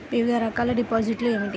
వివిధ రకాల డిపాజిట్లు ఏమిటీ?